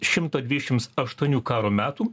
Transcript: šimto dvidešims aštuonių karo metų